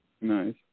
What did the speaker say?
Nice